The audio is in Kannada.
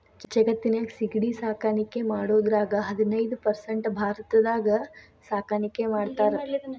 ಜಗತ್ತಿನ್ಯಾಗ ಸಿಗಡಿ ಸಾಕಾಣಿಕೆ ಮಾಡೋದ್ರಾಗ ಹದಿನೈದ್ ಪರ್ಸೆಂಟ್ ಭಾರತದಾಗ ಸಾಕಾಣಿಕೆ ಮಾಡ್ತಾರ